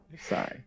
Sorry